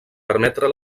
permetre